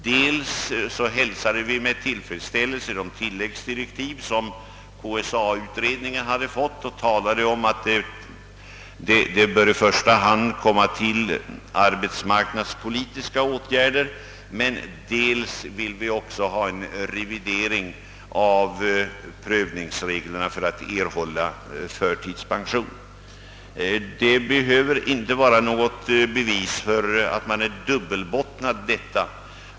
Dels hälsade vi med tilifredsställelse de tilläggsdirektiv som KSA-utredningen hade fått och talade om att det i första hand borde tillgripas arbetspolitiska åt gärder, dels ville vi ha till stånd en revidering av prövningsreglerna för erhållande av förtidspension. Detta behöver inte vara något bevis för att man är dubbelbottnad.